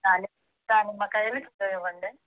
దానిమ్మ దానిమ్మకాయలు కిలో ఇవ్వండి